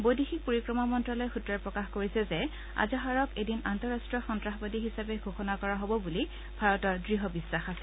বৈদেশিক পৰিক্ৰমা মন্ত্ৰ্যালয়ৰ সূত্ৰই প্ৰকাশ কৰিছে যে আজহাৰক এদিন আন্তঃৰট্টীয় সন্ত্ৰাসবাদী হিচাপে ঘোষণা কৰা হব বুলি ভাৰতৰ দৃঢ় বিশ্বাস আছে